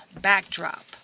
backdrop